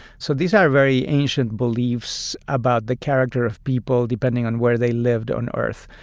so these are very ancient beliefs about the character of people depending on where they lived on earth.